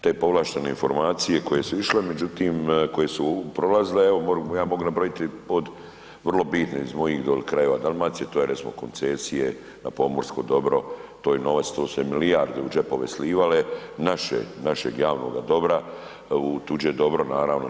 Te povlaštene informacije koje su išle međutim koje su prolazile evo ja mogu nabrojiti od vrlo bitne iz mojih doli krajeva Dalmacije, to je recimo koncesije na pomorsko dobro, to je novac, to se milijarde u džepove slivale našeg, našega javnoga dobra u tuđe dobro naravno.